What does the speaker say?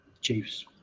chiefs